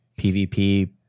PvP